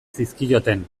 zizkioten